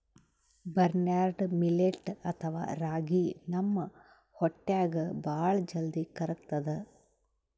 barnyard millet ಅಥವಾ ರಾಗಿ ನಮ್ ಹೊಟ್ಟ್ಯಾಗ್ ಭಾಳ್ ಜಲ್ದಿ ಕರ್ಗತದ್